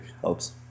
helps